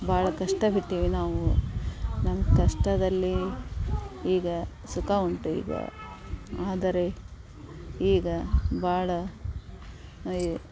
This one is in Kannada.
ಭಾಳ ಕಷ್ಟಬಿಟ್ಟೀವಿ ನಾವು ನಮ್ಮ ಕಷ್ಟದಲ್ಲಿ ಈಗ ಸುಖ ಉಂಟು ಈಗ ಆದರೆ ಈಗ ಭಾಳ ಅಯು